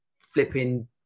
flipping